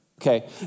Okay